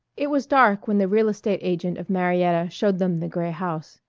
it was dark when the real-estate agent of marietta showed them the gray house.